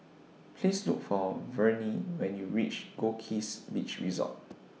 Please Look For Vernie when YOU REACH Goldkist Beach Resort